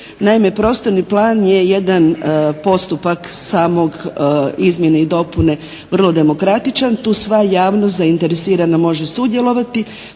Naime, prostorni plan je jedan postupak samog izmjene i dopune vrlo demokratičan. Tu sva javnost zainteresirana može sudjelovati,